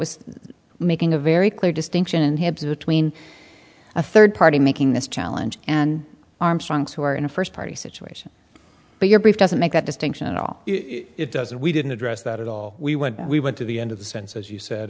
was making a very clear distinction here between a third party making this challenge and armstrong's who are in a first party situation but your brief doesn't make that distinction at all it doesn't we didn't address that at all we went we went to the end of the sense as you said